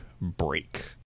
break